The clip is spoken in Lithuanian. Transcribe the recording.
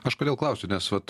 aš kodėl klausiu nes vat